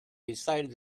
decided